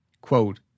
quote